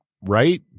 right